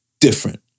different